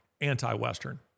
anti-Western